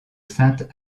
sainte